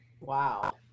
Wow